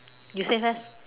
you say first